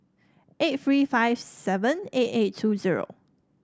eight three five seven eight eight two zero